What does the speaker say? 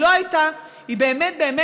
היא לא הייתה, באמת,